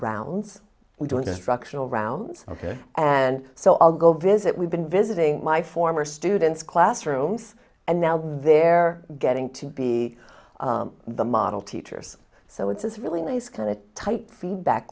rounds we do in the structural rounds ok and so i'll go visit we've been visiting my former students classrooms and now they're getting to be the model teachers so it's really nice kind of tight feedback